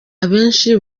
abenshi